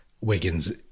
Wiggins